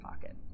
pocket